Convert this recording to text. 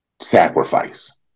sacrifice